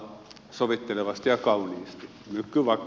mycket vackert tack ska du ha